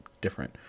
different